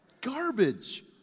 Garbage